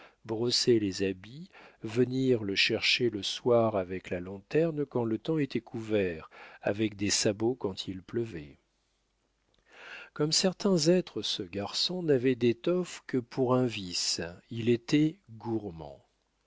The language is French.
brosser les habits venir le chercher le soir avec la lanterne quand le temps était couvert avec des sabots quand il pleuvait comme certains êtres ce garçon n'avait d'étoffe que pour un vice il était gourmand